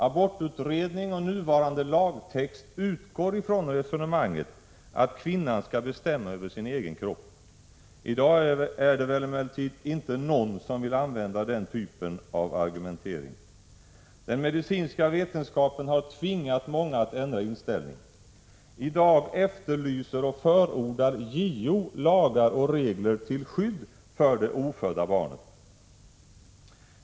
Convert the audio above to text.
Abortutredningen och nuvarande lagtext utgår från resonemanget att kvinnan skall bestämma över sin egen kropp. I dag är det väl emellertid inte någon som vill använda den typen av argumentering. Den medicinska vetenskapen har tvingat många att ändra inställning. I dag efterlyser och förordar JO lagar och regler till skydd för det ofödda barnet.